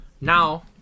Now